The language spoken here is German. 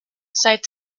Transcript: seit